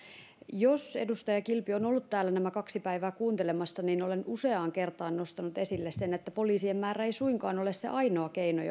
jos edustaja kilpi on ollut täällä nämä kaksi päivää kuuntelemassa niin olen useaan kertaan nostanut esille sen että poliisien määrä ei suinkaan ole se ainoa keino